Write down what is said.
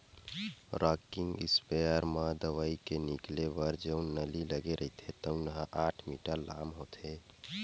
rocking इस्पेयर म दवई के निकले बर जउन नली लगे रहिथे तउन ह आठ मीटर लाम होथे